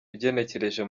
ugenekereje